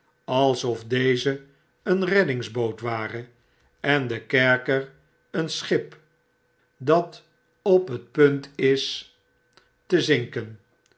alsof deze een reddingsboot ware en de kerker een schip dat op het punt is te zinken